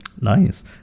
Nice